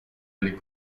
oli